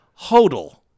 Hodel